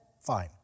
Fine